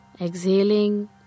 exhaling